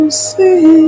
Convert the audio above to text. see